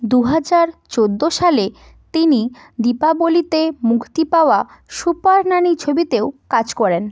দু হাজার চোদ্দো সালে তিনি দীপাবলিতে মুক্তি পাওয়া সুপার নানি ছবিতেও কাজ করেন